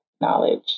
knowledge